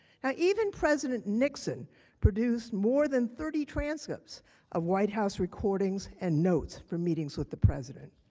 yeah even president nixon produced more than thirty transcripts of white house recordings an notes for meeting with the president.